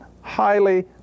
highly